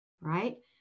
Right